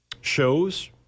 shows